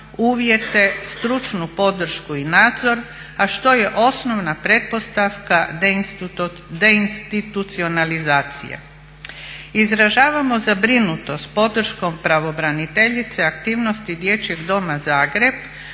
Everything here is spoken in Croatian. uvjete, stručnu podršku i nadzor, a što je osnovna pretpostavka deinstitucionalizacije. Izražavamo zabrinutost podrškom pravobraniteljice aktivnosti Dječjeg doma Zagreb